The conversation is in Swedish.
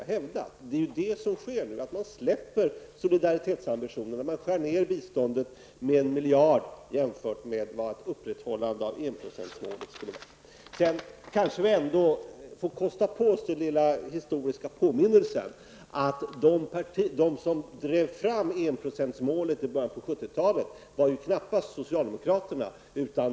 Det är det som sker nu, dvs. att man släpper ambitionerna när det gäller solidariteten, och skär ned biståndet med 1 miljard jämfört med vad det skulle kosta att upprätthålla enprocentsmålet. Vi kan kanske kunna kosta på oss den historiska påminnelsen, att de som drev fram enprocentsmålet i början av 70-talet knappast var socialdemokraterna.